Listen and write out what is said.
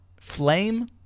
Flame